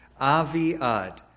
Aviad